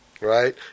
Right